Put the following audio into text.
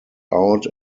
out